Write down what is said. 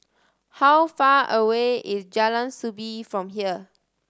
how far away is Jalan Soo Bee from here